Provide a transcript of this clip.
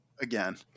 again